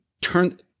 turn